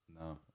No